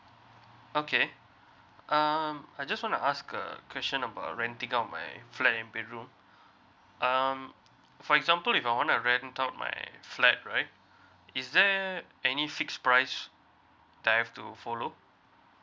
okay um I just want to ask a question about renting out my flat and bedroom um for example if I want to rent out my flat right is there any fix price that I've to follow